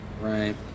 right